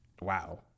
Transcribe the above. Wow